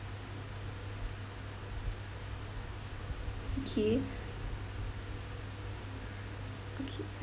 okay okay